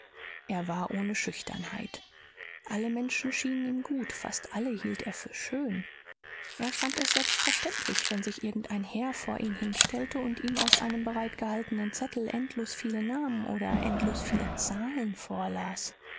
er war ohne schüchternheit alle menschen schienen ihm gut fast alle hielt er für schön er fand es selbstverständlich wenn sich irgendein herr vor ihn hinstellte und ihm aus einem bereitgehaltenen zettel endlos viele namen oder endlos viele zahlen vorlas